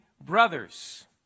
brothers